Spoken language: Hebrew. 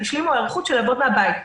השלימו היערכות של לעבוד מן הבית.